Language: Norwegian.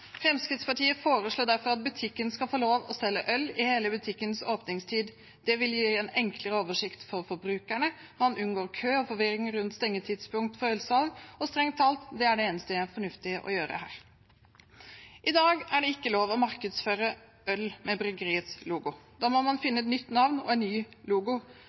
Fremskrittspartiet foreslår derfor at butikkene skal få lov til å selge øl i hele butikkens åpningstid. Det vil gi en enklere oversikt for forbrukerne, man unngår kø og forvirring rundt stengetidspunkt for ølsalg, og – strengt tatt – det er det eneste fornuftige å gjøre her. I dag er det ikke lov til å markedsføre øl med bryggeriets logo. Da må man finne et nytt navn og en ny logo.